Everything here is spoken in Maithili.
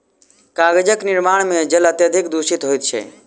कागजक निर्माण मे जल अत्यधिक दुषित होइत छै